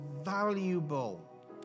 valuable